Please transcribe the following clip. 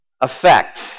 effect